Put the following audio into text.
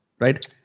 Right